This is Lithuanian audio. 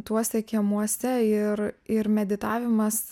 tuose kiemuose ir ir meditavimas